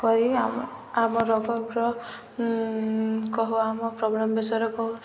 କରି ଆମ ଆମ ରୋଗ କହୁ ଆମ ପ୍ରୋବ୍ଲେମ୍ ବିଷୟରେ କହୁ